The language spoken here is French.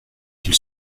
qu’il